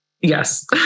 Yes